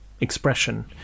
expression